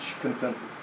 consensus